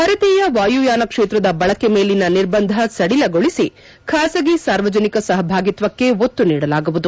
ಭಾರತೀಯ ವಾಯುಯಾನ ಕ್ಷೇತ್ರದ ಬಳಕೆ ಮೇಲಿನ ನಿರ್ಬಂಧ ಸಡಿಲಗೊಳಿಸಿ ಖಾಸಗಿ ಸಾರ್ವಜನಿಕ ಸಹಭಾಗಿತ್ವಕ್ಕೆ ಒತ್ತು ನೀಡಲಾಗುವುದು